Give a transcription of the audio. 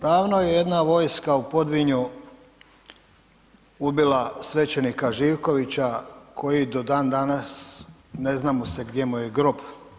Davno je jedna vojska u Podvinju ubila svećenika Živkovića koji do dan danas ne znam mu se gdje mu je grob.